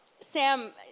Sam